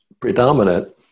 predominant